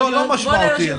לא משמעותי.